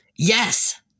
Yes